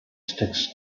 sticks